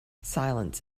silence